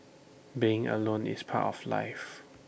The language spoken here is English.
being alone is part of life